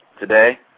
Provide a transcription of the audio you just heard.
today